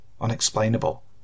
unexplainable